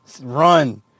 Run